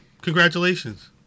Congratulations